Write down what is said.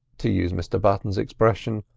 to use mr button's expression,